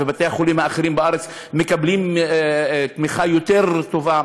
ובתי-החולים האחרים בארץ מקבלים תמיכה יותר טובה.